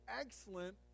excellent